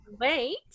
wait